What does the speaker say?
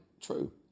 true